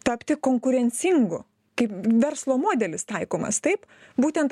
tapti konkurencingu kaip verslo modelis taikomas taip būtent